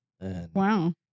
Wow